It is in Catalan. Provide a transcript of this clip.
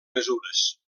mesures